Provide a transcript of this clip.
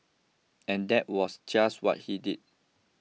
and that was just what he did